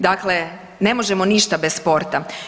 Dakle, ne možemo ništa bez sporta.